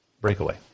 Breakaway